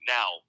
Now